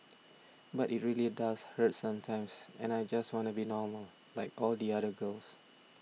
but it really does hurt sometimes and I just wanna be normal like all the other girls